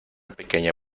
pequeña